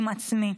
עם עצמי.